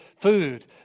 food